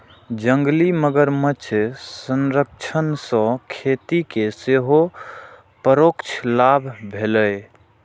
जंगली मगरमच्छ संरक्षण सं खेती कें सेहो परोक्ष लाभ भेलैए